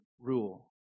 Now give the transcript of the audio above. rule